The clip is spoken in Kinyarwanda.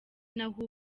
naho